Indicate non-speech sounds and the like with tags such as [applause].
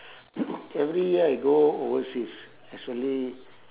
[noise] every year I go overseas as only